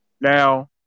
Now